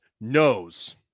knows